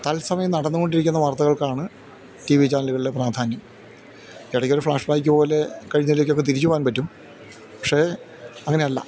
തത്സമയം നടന്നുകൊണ്ടിരിക്കുന്ന വാർത്തകൾക്കാണ് ടി വി ചാനലുകളിൽ പ്രാധാന്യം ഇടയ്ക്കൊരു ഫ്ലാഷ്ബാക്ക് പോലെ കഴിഞ്ഞതിലേക്കൊക്കെ തിരിച്ചുപോവാൻ പറ്റും പക്ഷേ അങ്ങനെയല്ല